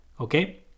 Okay